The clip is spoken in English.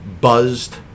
buzzed